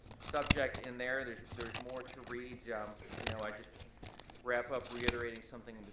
subject in there. there's there's more to read. yeah um you know i just wrap up reiterating something